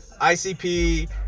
ICP